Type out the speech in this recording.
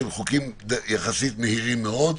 שהם חוקים יחסית מהירים מאוד.